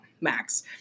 max